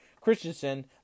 Christensen